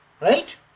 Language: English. Right